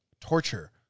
Torture